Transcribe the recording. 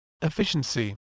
Efficiency